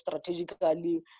strategically